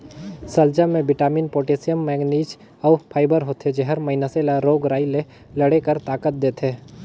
सलजम में vitamin, potassium, manganese अउ फाइबर होथे जेहर मइनसे ल रोग राई ले लड़े कर ताकत देथे